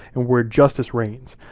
and where justice reigns.